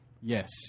Yes